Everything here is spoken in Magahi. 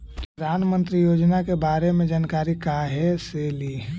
प्रधानमंत्री योजना के बारे मे जानकारी काहे से ली?